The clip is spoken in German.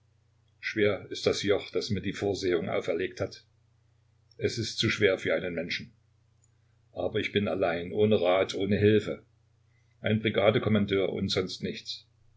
schwer ist das joch das mir die vorsehung auferlegt hat es ist zu schwer für einen menschen aber ich bin allein ohne rat ohne hilfe ein brigadekommandeur und sonst nichts